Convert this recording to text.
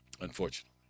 Unfortunately